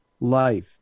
life